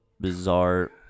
Bizarre